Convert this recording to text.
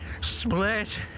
Split